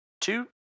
two